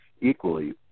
equally